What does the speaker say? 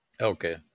okay